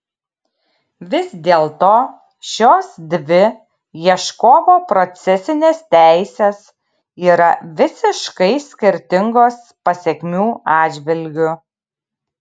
vis dėlto šios dvi ieškovo procesinės teisės yra visiškai skirtingos pasekmių atžvilgiu